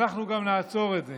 אנחנו גם נעצור את זה.